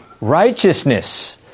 Righteousness